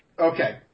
Okay